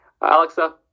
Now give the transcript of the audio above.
Alexa